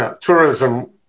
tourism